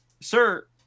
Sir